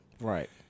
Right